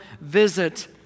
visit